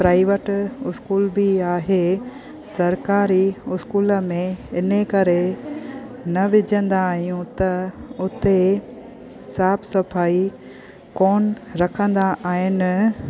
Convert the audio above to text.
private school बि आहे सरकारी इस्कूल में इनकरे न विझंदा आहियूं त उते साफ़ु सफ़ाई कोन रखंदा आहिनि